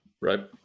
right